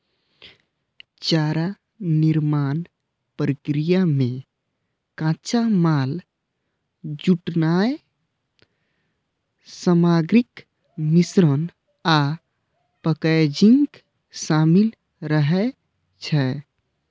चारा निर्माण प्रक्रिया मे कच्चा माल जुटेनाय, सामग्रीक मिश्रण आ पैकेजिंग शामिल रहै छै